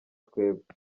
twebwe